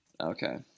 Okay